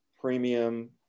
premium